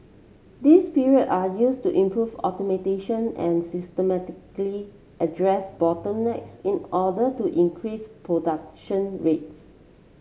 these period are used to improve automation and systematically address bottlenecks in order to increase production rates